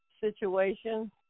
situation